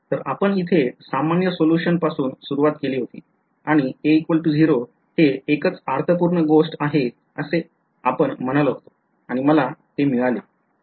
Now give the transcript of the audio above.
तर आपण इथे सामान्य सोल्युशन पासून सुरवात केली होती आणि a0 हे एकच अर्थपूर्ण गोष्ट आहे असे आपण म्हणालो होतो आणि मला हे मिळाले